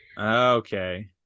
Okay